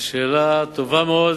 שאלה טובה מאוד.